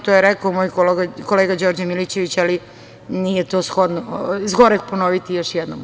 To je rekao i moj kolega Đorđe Milićević, ali nije to zgoreg ponoviti još jednom.